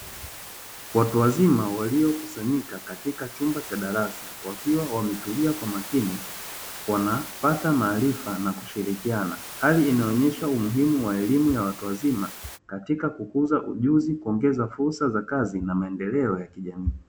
Watu wazima waliokusanyika katika chumba cha darasa, wakiwa wametulia kwa makini wanapata maarifa na kushirikiana. Hali inayoonyesha umuhimu wa elimu ya watu wazima, katika kukuza ujuzi kuongeza fursa za kazi na maendeleo ya kijamii.